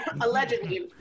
Allegedly